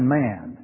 man